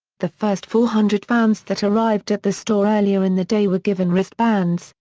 the first four hundred fans that arrived at the store earlier in the day were given wrist bands,